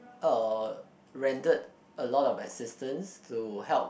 uh rendered a lot of assistance to help